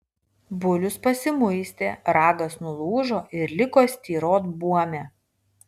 bulius pasimuistė ragas nulūžo ir liko styrot buome